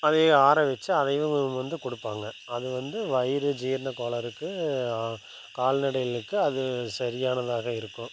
அதையே ஆற வச்சு அதையும் வந்து கொடுப்பாங்க அது வந்து வயிறு ஜீரண கோளாறுக்கு கால்நடைகளுக்கு அது சரியானதாக இருக்கும்